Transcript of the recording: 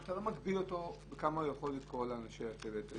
אתה לא מגביל אותו לכמה אנשי צוות הוא יכול לקרוא.